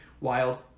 wild